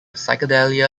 psychedelia